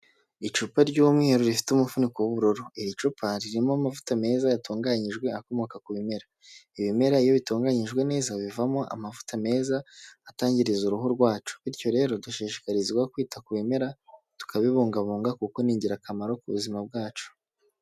Icupa ry'umweru rifite umufuko w'ubururu iri cupa ririmo amavuta meza yatunganyijwe akomoka ku bimera, ibimera iyo bitunganyijwe neza bivamo amavuta meza atangiriza uruhu rwacu, bityo rero dushishikarizwa kwita ku bimera tukabibungabunga kuko ni ingirakamaro ku buzima bwacu.